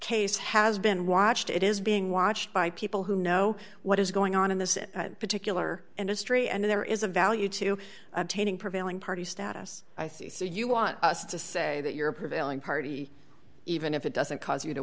case has been watched it is being watched by people who know what is going on in this particular industry and there is a value to obtaining prevailing party status i think you want us to say that your prevailing party even if it doesn't cause you to